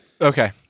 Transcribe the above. Okay